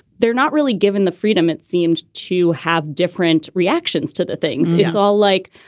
they're not really given the freedom. it seems to have different reactions to the things. it's all like,